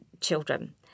children